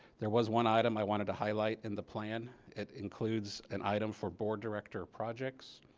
there was one item i wanted to highlight in the plan. it includes an item for board director projects